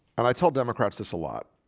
and i told democrats this a lot.